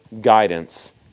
guidance